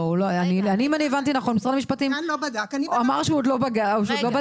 אם הבנתי נכון משרד המשפטים אמר שהוא עוד לא בדק.